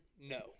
no